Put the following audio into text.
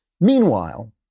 Meanwhile